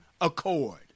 accord